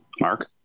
Mark